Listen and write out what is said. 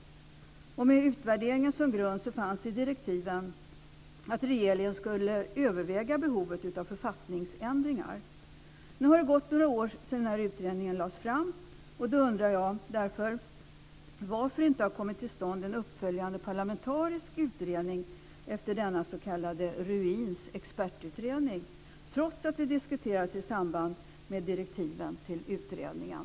Med utvärderingen som grund fanns i direktiven att regeringen skulle överväga behovet av författningsändringar. Nu har det gått några år sedan utredningen lades fram, och då undrar jag varför det inte har kommit till stånd en uppföljande parlamentarisk utredning efter denna s.k. Ruins expertutredning trots att detta har diskuterats i samband med direktiven till utredningen.